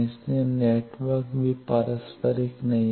इसलिए नेटवर्क भी पारस्परिक नहीं है